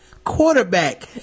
Quarterback